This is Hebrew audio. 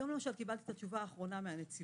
היום למשל קיבלתי את התשובה האחרונה מהנציבה,